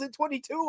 2022